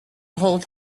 hold